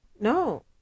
no